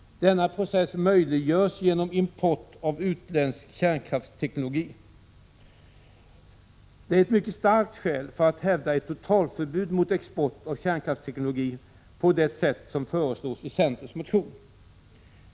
Denna process möjliggörs genom import av utländsk kärnkraftsteknologi. Det är ett mycket starkt skäl för att hävda ett totalförbud mot export av kärnkraftsteknologi på det sätt som föreslås i centerns motion.